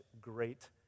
great